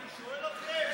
מה, אני שואל אתכם?